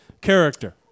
character